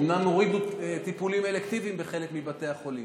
אומנם הורידו טיפולים אלקטיביים בחלק מבתי החולים,